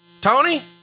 Tony